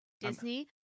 Disney